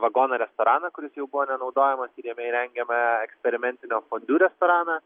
vagoną restoraną kuris jau buvo nenaudojamas ir jame įrengėme eksperimentinio fondiu restoraną